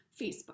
facebook